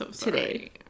today